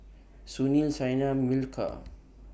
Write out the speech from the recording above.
Sunil Saina Milkha